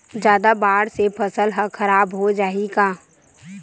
जादा बाढ़ से फसल ह खराब हो जाहि का?